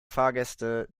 fahrgäste